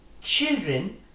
Children